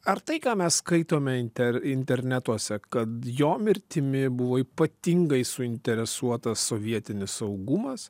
ar tai ką mes skaitome inter internetuose kad jo mirtimi buvo ypatingai suinteresuotas sovietinis saugumas